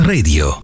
Radio